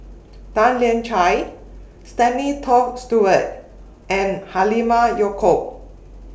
Tan Lian Chye Stanley Toft Stewart and Halimah Yacob